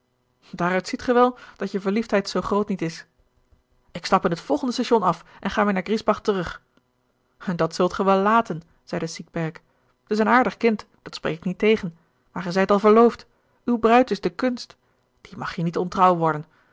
daaruit ziet ge wel dat je verliefdheid zoo groot niet is ik stap in het volgende station af en ga weer naar griesbach terug dat zult ge wel laten zeide siegherg t is een aardig kind dat spreek ik niet tegen maar ge zijt al verloofd uw bruid is de kunst die mag je niet ontrouw worden